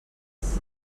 res